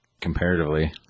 comparatively